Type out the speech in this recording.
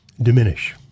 diminish